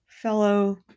fellow